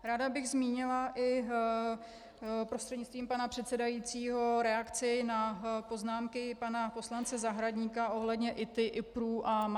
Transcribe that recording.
Ráda bych zmínila i prostřednictvím pana předsedajícího reakci na poznámky pana poslance Zahradníka ohledně ITI, IPRÚ a masek.